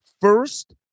First